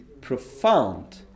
profound